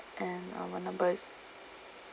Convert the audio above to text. and uh my number is